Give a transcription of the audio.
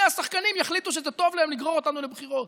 השחקנים יחליטו שזה טוב להם לגרור אותנו לבחירות.